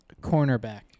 Cornerback